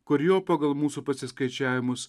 kur jo pagal mūsų pasiskaičiavimus